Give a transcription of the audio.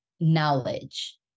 knowledge